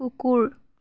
কুকুৰ